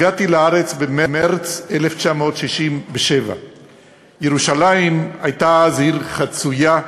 הגעתי לארץ במרס 1967. ירושלים הייתה אז עיר חצויה,